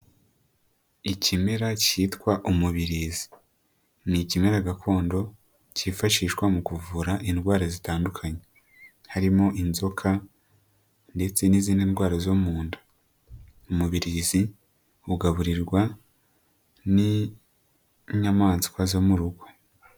Ikimera kitwa umubirizi ni ikimera gakondo kifashishwa mu kuvura indwara zitandukanye, harimo inzoka ndetse n'izindi ndwara zo mu nda. Umubirizi ugaburirwa n'inyamaswa zo mu rugo.